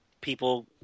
people